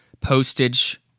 postage